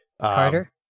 Carter